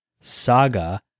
Saga